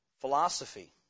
Philosophy